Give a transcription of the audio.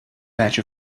batch